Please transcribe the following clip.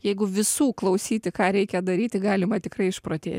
jeigu visų klausyti ką reikia daryti galima tikrai išprotėt